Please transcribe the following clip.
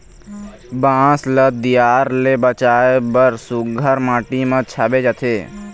बांस ल दियार ले बचाए बर सुग्घर माटी म छाबे जाथे